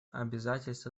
обязательства